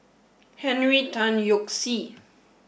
Henry Tan Yoke See